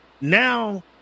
now